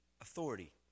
authority